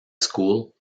school